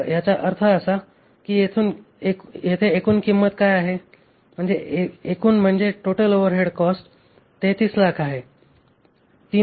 तर याचा अर्थ असा आहे की येथे एकूण किंमत काय आहे म्हणजे एकूण म्हणजे टोटल ओव्हरहेड कॉस्ट 3300000 आहे 3